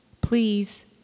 please